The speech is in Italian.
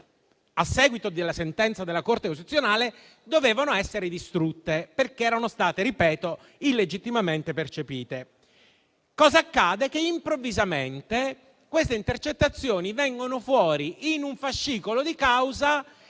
a seguito della sentenza della Corte costituzionale, dovevano essere distrutte perché erano state - ripeto - illegittimamente percepite. Accade, però, che improvvisamente queste intercettazioni vengono fuori in un fascicolo di causa